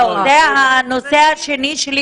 זה כולל כל הצוותים הרפואיים: